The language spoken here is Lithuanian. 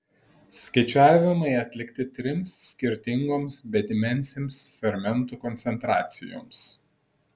skaičiavimai atlikti trims skirtingoms bedimensėms fermentų koncentracijoms